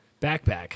backpack